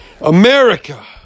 America